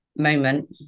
Moment